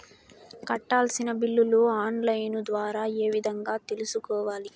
కట్టాల్సిన బిల్లులు online ద్వారా ఏ విధంగా తెలుసుకోవాలి?